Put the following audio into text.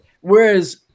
Whereas –